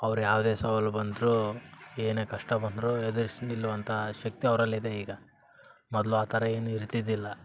ಅವ್ರು ಯಾವುದೇ ಸವಾಲು ಬಂದರು ಏನೇ ಕಷ್ಟ ಬಂದರು ಎದುರಿಸಿ ನಿಲ್ಲುವಂಥ ಶಕ್ತಿ ಅವರಲ್ಲಿದೆ ಈಗ ಮೊದಲು ಆ ಥರ ಏನು ಇರ್ತಿದ್ದಿಲ್ಲ